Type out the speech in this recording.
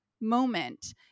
moment